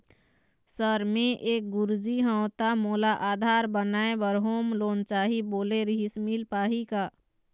Sir मे एक गुरुजी हंव ता मोला आधार बनाए बर होम लोन चाही बोले रीहिस मील पाही का?